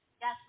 Yes